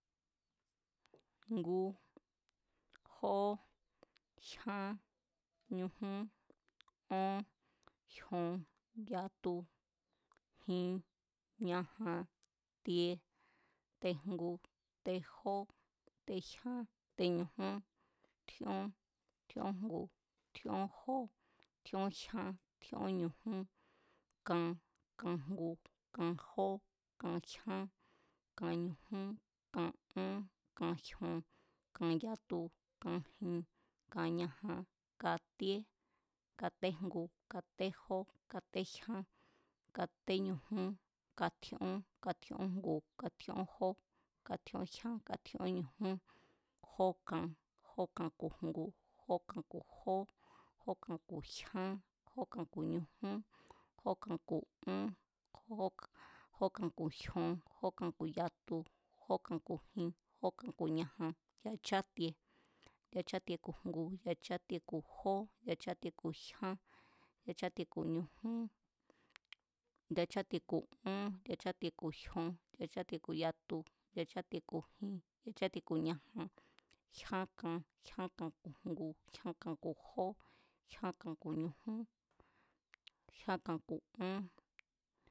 Ngu, jó, jyan ñujún, ón, jyon, yatu, jin, ñaja, tie, tejngu, tejó tejyán, teñujún, tjíón, tjíón ngu, tjíón jó, tjíón jyán, tjíó ñujún, kan, kajngu, kajó, kajyán, kañujún, kaón, kajyon, kayatu, kajin, kañajan, katíé, katéjngu, katéjó katéjyán, kateñujún, katjíón, katjíón jngu, katjíón jó, katjíón jyán, katjíón ñujún, jókan jókan ku̱ ngu. jókan ku̱ jó, jókan ku̱jyá, jókan ku̱ ñujún, jókan ku̱ ón, jókan ḵ jion, jókan ku̱ yatu, jókan ku̱jin, jókan ku̱ñajan, yachátie yachátie ku̱ ngu, yachátie ku̱ jó, yachátie ku̱jyán, yachátie ku̱ñujún, yachátie ku̱ ón, yachátie ku̱jyon, yachátie ku̱ yatu, yachátie ku̱ jin, yachátie ku̱ ñajan, jyán kan, jyan kan ku̱ ngu, jyán kan ku̱ jó, jyán kan ku̱ ñujún, jyán kan ku̱ ón